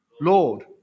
Lord